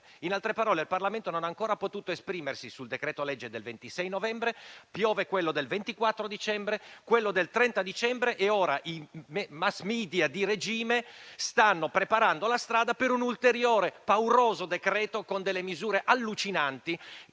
In altre parole, il Parlamento non ha ancora potuto esprimersi sul decreto-legge del 26 novembre, che piovono quelli del 24 e del 30 dicembre e ora i *mass media* di regime stanno preparando la strada per un ulteriore, pauroso decreto, con misure allucinanti,